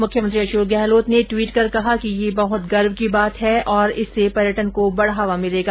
मुख्यमंत्री अशोक गहलोत ने ट्वीट कर कहा कि यह बहुत गर्व की बात है और इससे पर्यटन को बढ़ावा मिलेगा